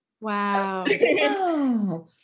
Wow